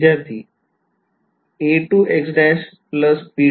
विध्यार्थी